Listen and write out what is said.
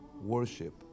worship